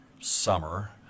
summer